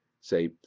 say